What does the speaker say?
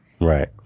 Right